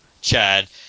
Chad –